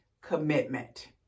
commitment